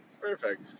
Perfect